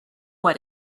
what